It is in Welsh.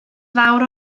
fawr